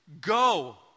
Go